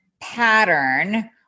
pattern